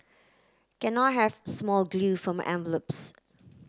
can I have small glue for my envelopes